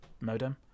modem